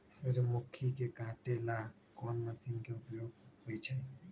सूर्यमुखी के काटे ला कोंन मशीन के उपयोग होई छइ?